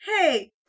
hey